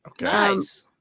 Nice